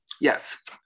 Yes